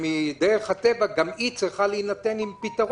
שמדרך הטבע גם היא צריכה לקבל פתרון?